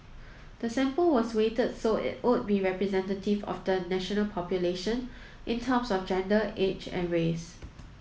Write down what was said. the sample was weighted so it would be representative of the national population in terms of gender age and race